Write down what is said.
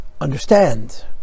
understand